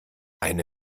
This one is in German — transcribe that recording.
eine